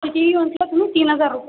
किती म्हटलं तुम्ही तीन हजार रुपये अच्छा